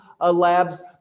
labs